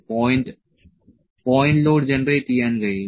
point load generate ചെയ്യാൻ കഴിയും